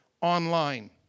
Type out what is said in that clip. online